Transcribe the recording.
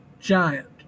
giant